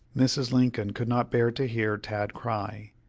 mrs. lincoln could not bear to hear tad cry,